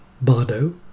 bardo